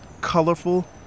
Colorful